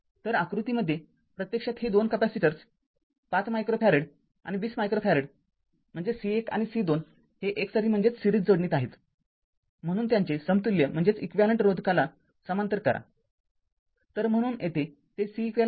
तरआकृतीमध्ये प्रत्यक्षात हे २ capacitors ५ micro farad आणि २० मायक्रो फॅरेड म्हणजे C१ आणि C२ हे एकसरी जोडणीत आहेत म्हणून त्यांचे समतुल्य रोधकाला समांतर करा